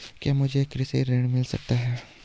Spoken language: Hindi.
क्या मुझे कृषि ऋण मिल सकता है?